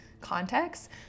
context